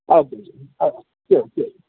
ആ ശരി ആ ശരി ശരി